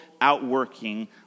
outworking